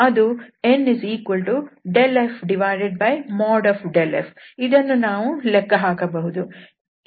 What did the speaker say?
ಅದು n∇f∇f ಇದನ್ನು ನಾವು ಲೆಕ್ಕಹಾಕಬಹುದು